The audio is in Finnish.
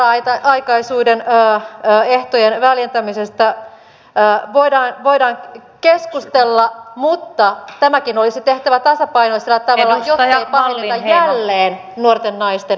sinänsä määräaikaisuuden ehtojen väljentämisestä voidaan keskustella mutta tämäkin olisi tehtävä tasapainoisella tavalla jottei pahenneta jälleen nuorten naisten mahdollisuutta